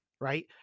right